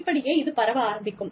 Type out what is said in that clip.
இப்படியே இது பரவ ஆரம்பிக்கும்